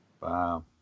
Wow